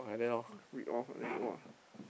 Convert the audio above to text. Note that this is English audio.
read off then !wah!